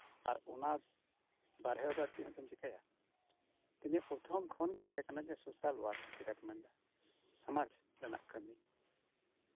ᱟᱨ ᱚᱱᱟ ᱵᱟᱦᱨᱮ ᱨᱮᱫᱚ ᱪᱮᱫ ᱦᱚᱸ ᱵᱟᱹᱧ ᱪᱤᱠᱟᱭᱟ ᱤᱧᱟᱹᱜ ᱯᱨᱚᱛᱷᱚᱢ ᱠᱷᱚᱱ ᱜᱮ ᱛᱟᱸᱦᱮ ᱠᱟᱱᱟ ᱥᱳᱥᱟᱞ ᱳᱟᱨᱠ ᱢᱮᱱᱫᱚ ᱥᱚᱢᱟᱡ ᱨᱮᱱᱟᱜ ᱠᱟᱹᱢᱤ